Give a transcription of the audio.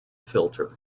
filter